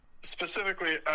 specifically